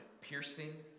piercing